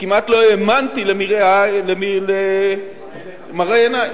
שכמעט לא האמנתי למראה עיני.